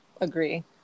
Agree